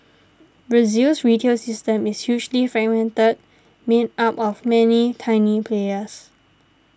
Brazil's retail system is hugely fragmented made up of many tiny players